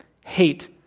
hate